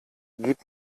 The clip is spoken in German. gib